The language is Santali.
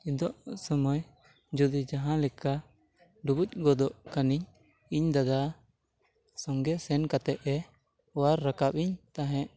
ᱪᱮᱫᱚᱜ ᱥᱚᱢᱚᱭ ᱡᱩᱫᱤ ᱡᱟᱦᱟᱸ ᱞᱮᱠᱟ ᱰᱩᱵᱩᱡ ᱜᱚᱫᱚᱜ ᱠᱷᱟᱱᱤᱧ ᱤᱧ ᱫᱟᱫᱟ ᱥᱚᱸᱜᱮ ᱥᱮᱱ ᱠᱟᱛᱮᱫ ᱮ ᱚᱣᱟᱨ ᱨᱟᱠᱟᱵ ᱤᱧ ᱛᱟᱦᱮᱸᱫ